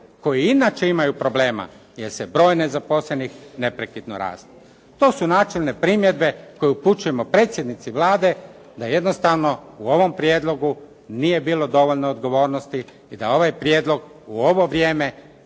koji inače imaju problema, jer se broj nezaposlenih neprekidno povećava. To su načelne primjedbe koje upućujemo predsjednici Vlade, da jednostavno u ovom prijedlogu nije bilo dovoljno odgovornosti i da ovaj prijedlog u ovo vrijeme